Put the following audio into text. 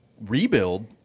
rebuild